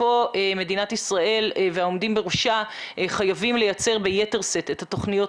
כאן מדינת ישראל והעומדים בראשה חייבים לייצר ביתר שאת את התוכניות